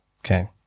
Okay